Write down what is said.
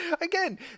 Again